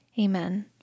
Amen